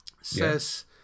says